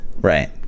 right